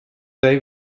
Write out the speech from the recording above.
they